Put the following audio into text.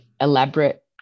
elaborate